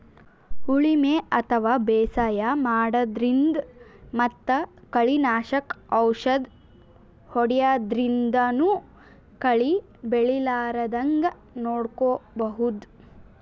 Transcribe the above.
ಉಳಿಮೆ ಅಥವಾ ಬೇಸಾಯ ಮಾಡದ್ರಿನ್ದ್ ಮತ್ತ್ ಕಳಿ ನಾಶಕ್ ಔಷದ್ ಹೋದ್ಯಾದ್ರಿನ್ದನೂ ಕಳಿ ಬೆಳಿಲಾರದಂಗ್ ನೋಡ್ಕೊಬಹುದ್